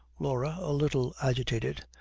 laura, a little agitated,